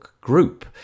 group